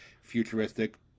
futuristic